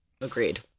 Agreed